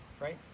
Right